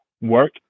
work